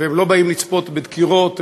ולא באים לצפות בדקירות.